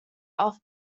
off